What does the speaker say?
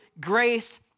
grace